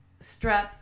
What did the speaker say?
strep